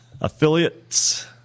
affiliates